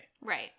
Right